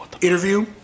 interview